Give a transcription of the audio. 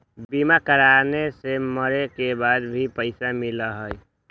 बीमा कराने से मरे के बाद भी पईसा मिलहई?